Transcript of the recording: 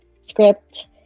script